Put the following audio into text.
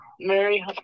Mary